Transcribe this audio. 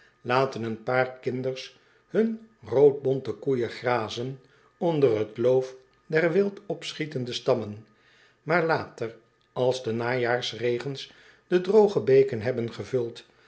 laten een paar kinders hun roodbonte koeijen grazen onder het loof der wild opschietende stammen aar later als de najaarsregens de drooge beeken hebben gevuld